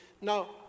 Now